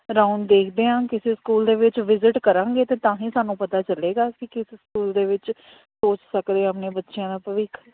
round ਦੇਖਦੇ ਹਾਂ ਕਿਸੇ ਸਕੂਲ ਦੇ ਵਿੱਚ ਵਿਜਿਟ ਕਰਾਂਗੇ ਅਤੇ ਤਾਂ ਹੀ ਸਾਨੂੰ ਪਤਾ ਚੱਲੇਗਾ ਅਸੀਂ ਕਿਸ ਸਕੂਲ ਦੇ ਵਿੱਚ ਸੋਚ ਸਕਦੇ ਆਪਣੇ ਬੱਚਿਆਂ ਦਾ ਭਵਿੱਖ